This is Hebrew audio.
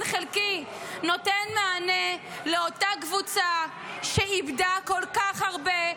חלקי נותן מענה לאותה קבוצה שאיבדה כל כך הרבה,